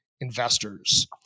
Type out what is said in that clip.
investors